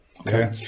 Okay